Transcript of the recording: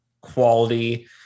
quality